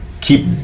keep